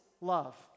love